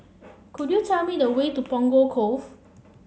could you tell me the way to Punggol Cove